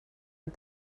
and